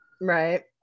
Right